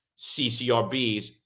CCRBs